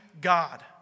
God